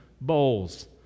bowls